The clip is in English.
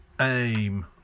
Aim